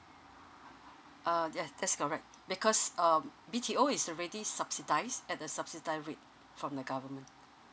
uh yeah that's correct because um B_T_O is already subsidise at the subsidise rate from the government